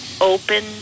open